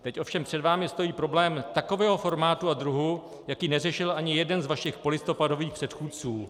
Teď ovšem před vámi stojí problém takového formátu a druhu, jaký neřešil ani jeden z vašich polistopadových předchůdců.